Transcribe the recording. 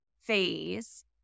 phase